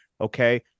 okay